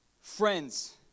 Friends